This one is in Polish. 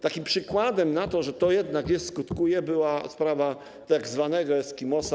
Takim przykładem na to, że to jednak jest, skutkuje, była sprawa tzw. Eskimosa.